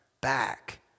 Back